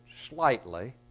Slightly